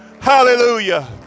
Hallelujah